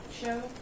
show